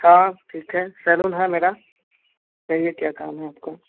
हाँ ठीक है सैलून है मेरा कहिए क्या काम है आपको